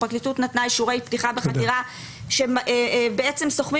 הפרקליטות נתנה אישורי פתיחה בחקירה שבעצם סוכמים